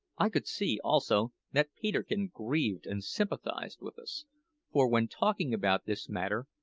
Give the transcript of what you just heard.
i could see, also, that peterkin grieved and sympathised with us for, when talking about this matter,